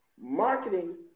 marketing